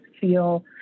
feel